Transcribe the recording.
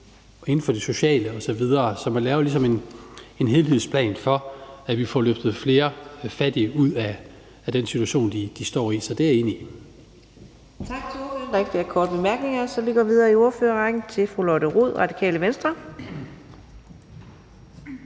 og inden for det sociale osv., så man ligesom laver en helhedsplan for, at vi får løftet flere fattige ud af den situation, de står i. Så det er jeg enig i.